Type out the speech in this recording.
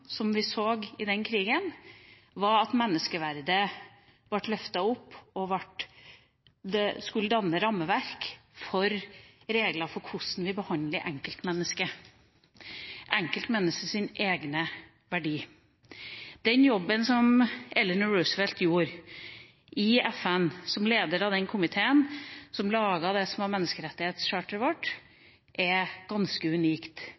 som vi så i den krigen, var at menneskeverdet ble løftet opp og skulle danne rammeverk for regler for hvordan vi behandler enkeltmennesket – enkeltmenneskets egne verdier. Den jobben som Eleanor Roosevelt gjorde i FN, som leder av den komiteen som laget det som var menneskerettighetscharteret vårt, er ganske unikt,